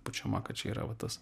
pučiama kad čia yra va tas